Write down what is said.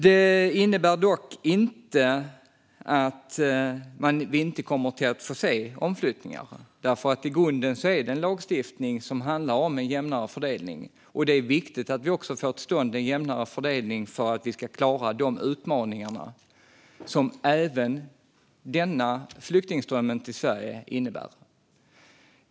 Det innebär dock inte att vi inte kommer att få se omflyttningar, för i grunden handlar ju lagstiftningen just om en jämnare fördelning. Och det är viktigt att vi får till stånd en jämnare fördelning för att vi ska klara de utmaningar som även denna flyktingström till Sverige innebär.